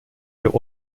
der